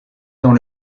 dans